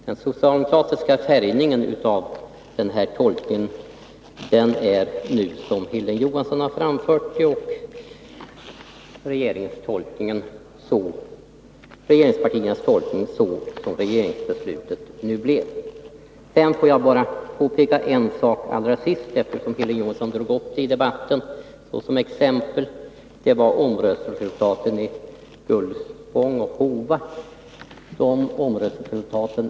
Den socialdemokratiskt färgade tolkningen är nu den som Hilding Johansson har framfört, och regeringspartiernas tolkning är sådan som regeringsbeslutet blev. Får jag bara påpeka en sak allra sist, eftersom Hilding Johansson drog upp omröstningsresultaten i Gullspång och Hova i debatten.